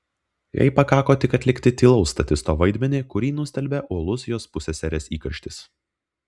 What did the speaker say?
jai pakako tik atlikti tylaus statisto vaidmenį kurį nustelbė uolus jos pusseserės įkarštis